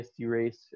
race